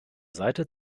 seite